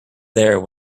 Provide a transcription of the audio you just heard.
there